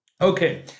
Okay